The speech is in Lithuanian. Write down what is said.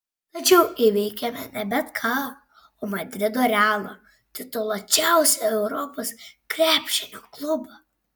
tačiau įveikėme ne bet ką o madrido realą tituluočiausią europos krepšinio klubą